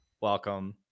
welcome